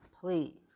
please